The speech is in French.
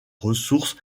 ressources